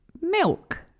milk